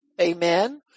Amen